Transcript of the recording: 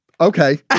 okay